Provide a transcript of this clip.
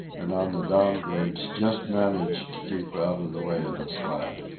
and on the down grades just managed to keep out of the way of the sled.